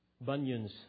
Bunyan's